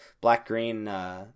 Black-Green